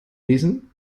lesen